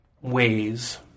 ways